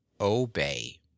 obey